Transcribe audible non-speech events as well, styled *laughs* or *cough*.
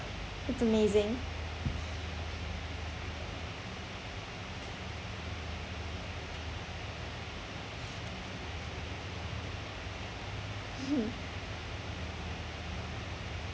it's amazing *laughs*